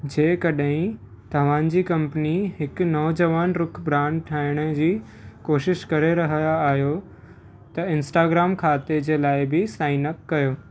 जेकड॒हिं तव्हांजी कंपनी हिकु नौजवान रुख ब्रांड ठाहिण जी कोशिश करे रहिया आहियो त इंस्टाग्राम खाते जे लाइ बि साइनअप कयो